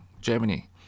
Germany